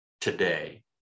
today